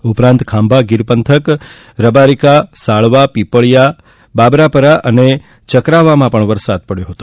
આ ઉપરાંત ખાંભા ગીરપંથક રબારિકા સાળવા પીપળીયા બાબરાપરા અને ચકરાવામાં પણ વરસાદ પડ્યો હતો